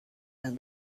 and